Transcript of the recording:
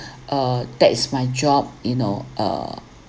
uh that is my job you know uh